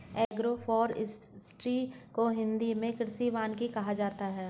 agroforestry को हिंदी मे कृषि वानिकी कहा जाता है